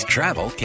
Travel